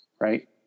right